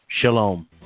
shalom